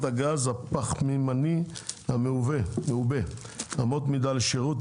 הגז הפחמימני המעובה (אמות מידה לשירות),